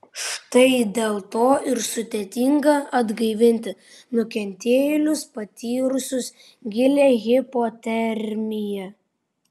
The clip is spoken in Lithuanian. štai dėl to ir sudėtinga atgaivinti nukentėjėlius patyrusius gilią hipotermiją